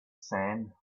sand